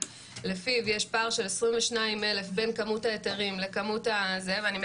לפיו יש פער של 22,000 בין כמות ההיתרים לבין הכמות --- שהוא